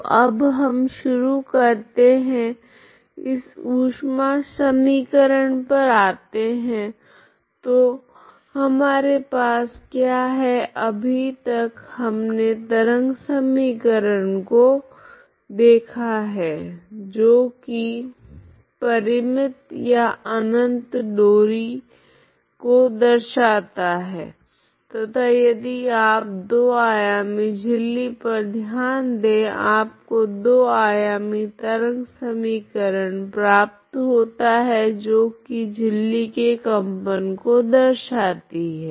तो अब हम शुरू करते है हम ऊष्मा समीकरण पर आते है तो हमारे पास क्या है अभी तक हमने तरंग समीकरण को देखा है जो की परिमित या अनंत डोरी को दर्शाता है तथा यदि आप दो आयामी झिल्ली पर ध्यान दे आप को दो आयामी तरंग समीकरण प्राप्त होता है जो की झिल्ली के कंपन को दर्शाती है